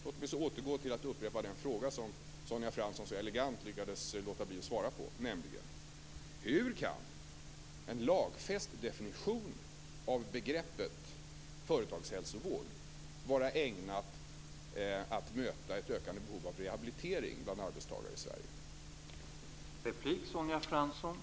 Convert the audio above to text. Låt mig så återgå till att upprepa den fråga som Sonja Fransson så elegant lyckades låta bli att svara på, nämligen: Hur kan en lagfäst definition av begreppet företagshälsovård vara ägnad att möta ett ökande behov av rehabilitering bland arbetstagare i Sverige?